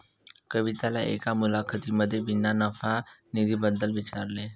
कविताला एका मुलाखतीमध्ये विना नफा निधी बद्दल विचारले